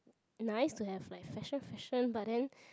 I used to have like fashion fashion but then